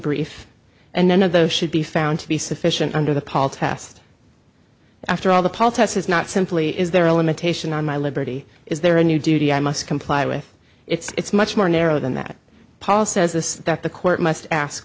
brief and none of those should be found to be sufficient under the paul test after all the politics is not simply is there a limitation on my liberty is there a new duty i must comply with it's much more narrow than that paul says this that the court must ask